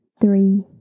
three